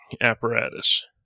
apparatus